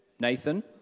Nathan